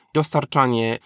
dostarczanie